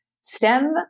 STEM